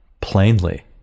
plainly